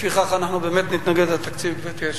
לפיכך אנחנו באמת נתנגד לתקציב, גברתי היושבת-ראש.